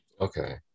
Okay